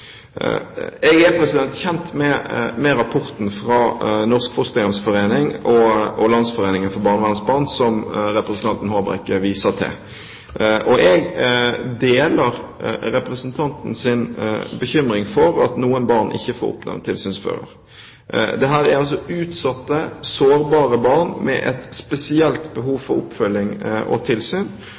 Jeg er kjent med rapporten fra Norsk Fosterhjemsforening og Landsforeningen for barnevernsbarn, som representanten Håbrekke viser til. Jeg deler representantens bekymring for at noen barn ikke får oppnevnt tilsynsfører. Dette er utsatte og sårbare barn med et spesielt behov for oppfølging og tilsyn,